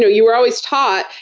you were always taught,